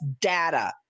data